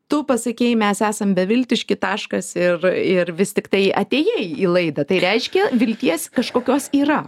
tu pasakei mes esam beviltiški taškas ir ir vis tiktai atėjai į laidą tai reiškia vilties kažkokios yra